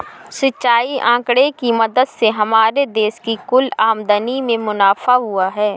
सिंचाई आंकड़े की मदद से हमारे देश की कुल आमदनी में मुनाफा हुआ है